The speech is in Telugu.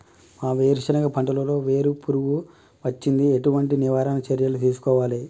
మా వేరుశెనగ పంటలలో వేరు పురుగు వచ్చింది? ఎటువంటి నివారణ చర్యలు తీసుకోవాలే?